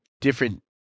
different